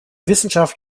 wissenschaft